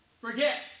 Forget